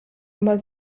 nummer